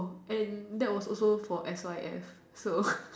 and that was also for S_Y_F so